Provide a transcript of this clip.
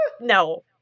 no